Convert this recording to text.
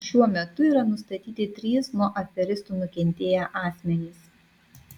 šiuo metu yra nustatyti trys nuo aferistų nukentėję asmenys